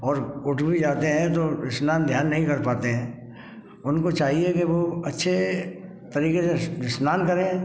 और उठ भी जाते हैं तो स्नान ध्यान नहीं कर पाते हैं उनको चाहिए कि वो अच्छे तरीके से स्नान करें